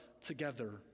together